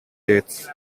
dates